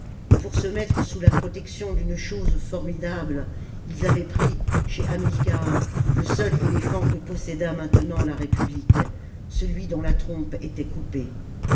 et pour se mettre sous la protection d'une chose formidable ils avaient pris chez hamilcar le seul éléphant que possédât maintenant la république celui dont la trompe était coupée